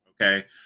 okay